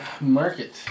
market